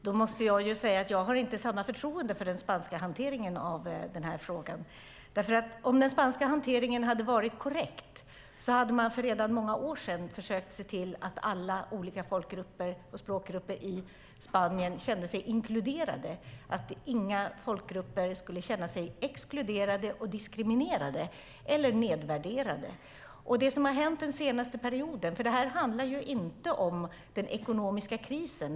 Herr talman! Då måste jag säga att jag inte har samma förtroende för den spanska hanteringen av frågan. Om den spanska hanteringen hade varit korrekt hade man redan för många år sedan försökt se till att alla olika folk och språkgrupper i Spanien kände sig inkluderade och att inga folkgrupper skulle känna sig exkluderade, diskriminerade eller nedvärderade. Det här handlar inte om den ekonomiska krisen.